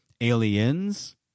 aliens